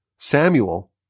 Samuel